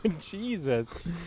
Jesus